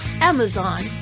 Amazon